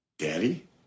Daddy